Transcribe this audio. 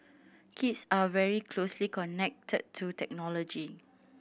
kids are very closely connected to technology